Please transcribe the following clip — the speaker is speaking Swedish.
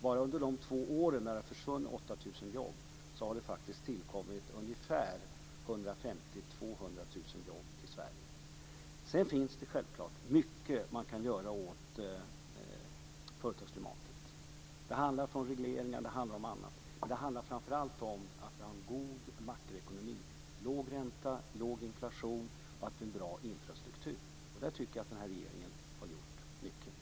Bara under de två år som det har försvunnit 8 000 jobb har det faktiskt tillkommit ungefär 150 000-200 000 jobb i Sverige. Det finns självfallet mycket som man kan göra åt företagsklimatet. Det handlar om allt från regleringar till annat, men det handlar framför allt om att vi har en god makroekonomi, låg ränta, låg inflation och en bra infrastruktur. Där tycker jag att den här regeringen har gjort mycket.